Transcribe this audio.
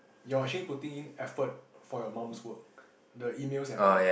you're actually putting in effort for your mum's work the emails and all that